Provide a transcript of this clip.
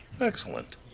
Excellent